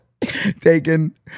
taken